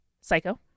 Psycho